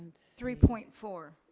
three point four.